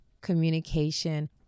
communication